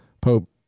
Pope